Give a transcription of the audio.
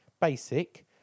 basic